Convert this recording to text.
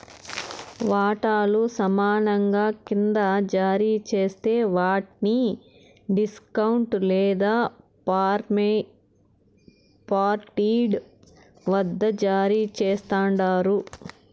వాటాలు సమానంగా కింద జారీ జేస్తే వాట్ని డిస్కౌంట్ లేదా పార్ట్పెయిడ్ వద్ద జారీ చేస్తండారు